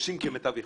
עושים כמיטב יכולתם,